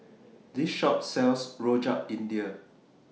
This Shop sells Rojak India